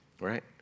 Right